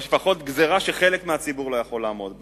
או גזירה שלפחות חלק מהציבור לא יכול לעמוד בה?